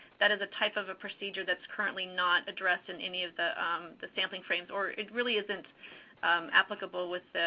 that is a type of a procedure that's currently not addressed in any of the the sampling frames. or it really isn't applicable with